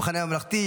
המחנה הממלכתי,